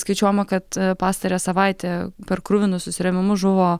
skaičiuojama kad pastarąją savaitę per kruvinus susirėmimus žuvo